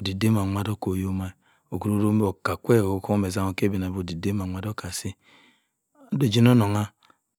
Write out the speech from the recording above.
odiek da mawa odick moyoma. okwuribe osombeb okka kwe ke banabe odiek se woma odiek aka asi